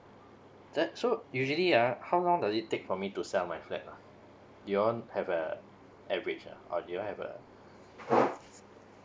that so usually ah how long does it take for me to sell my flat oh do you own have err average ah or do you have uh